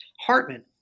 Hartman